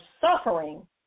suffering